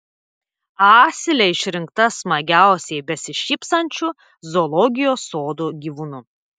asilė išrinkta smagiausiai besišypsančiu zoologijos sodo gyvūnu